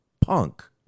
punk